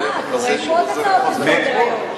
יש פה עוד הצעות לסדר-היום.